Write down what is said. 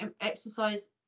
exercise